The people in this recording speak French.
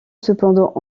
cependant